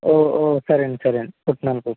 ఓ ఓ సరేండి సరేండి పుట్నాల పప్పు